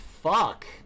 fuck